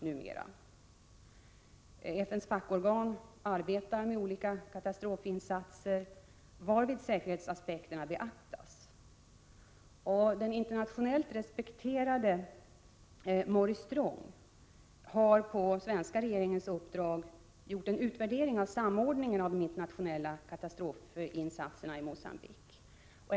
FN:s fackorgan arbetar med olika katastrofinsatser, varvid säkerhetsaspekterna beaktas. Den internationellt respekterade Maurice Strong har på den svenska regeringens uppdrag gjort en utvärdering av samordningen av de internationella katastrofinsatserna i Mogambique.